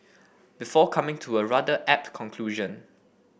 before coming to a rather apt conclusion